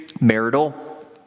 marital